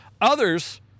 Others